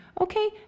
okay